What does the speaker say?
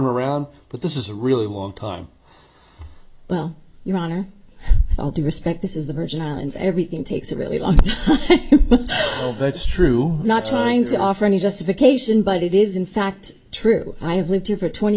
around but this is a really long time well your honor all due respect this is the virgin islands everything takes about it that's true not trying to offer any justification but it is in fact true i have lived here for twenty